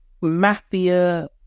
mafia